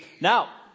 Now